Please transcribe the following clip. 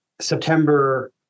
September